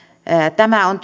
tämä on